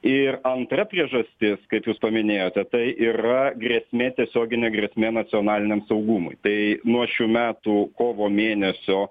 ir antra priežastis kaip jūs paminėjote tai yra grėsmė tiesioginė grėsmė nacionaliniam saugumui tai nuo šių metų kovo mėnesio